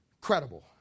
Credible